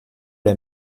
les